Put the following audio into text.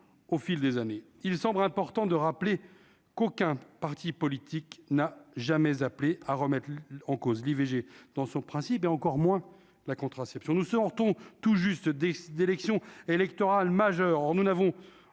au fil des années il semble important de rappeler qu'aucun parti politique n'a jamais appelé à remettre en cause l'IVG dans son principe et encore moins la contraception, nous sortons tout juste des élections électorales majeures,